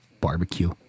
barbecue